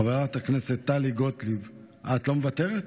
חברת הכנסת טלי גוטליב, את לא מוותרת?